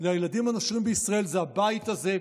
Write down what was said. לילדים הנושרים בישראל, זה הבית הזה.